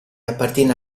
appartiene